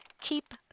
Keep